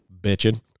Bitching